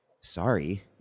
sorry